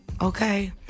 Okay